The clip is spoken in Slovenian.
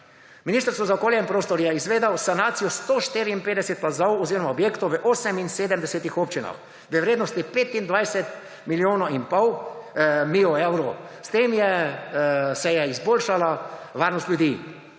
Ministrstvo za okolje in prostor je izvedlo sanacijo 154 plazov oziroma objektov v 78 občinah v vrednosti 25,5 milijona evrov. S tem se je izboljšala varnost ljudi.